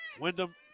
Wyndham